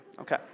Okay